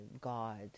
God